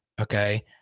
Okay